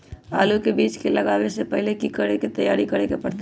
आलू के बीज के लगाबे से पहिले की की तैयारी करे के परतई?